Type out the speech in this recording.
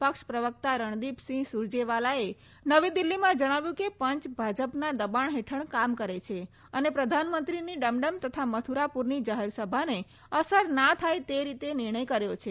પક્ષ પ્રવક્તા રણદીપસિંહ સૂરજેવાલાએ નવી દિલ્હીમાં જણાવ્યું કે પંચ ભાજપના દબાણ હેઠળ કામ કરે છે અને પ્રધાનમંત્રીની ડમડમ તથા મથુરાપુરની જાહેરસભાોને અસર ના થાય તે રીતે નિર્ણય કર્યો છે